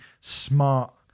smart